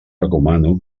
recomano